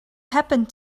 happened